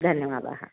धन्यवादाः